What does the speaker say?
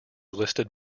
listed